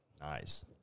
Nice